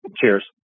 Cheers